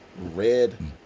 red